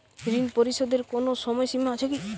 ঋণ পরিশোধের কোনো সময় সীমা আছে?